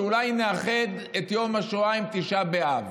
שאולי נאחד את יום השואה עם תשעה באב.